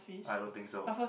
I don't think so